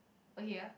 oh ya